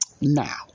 Now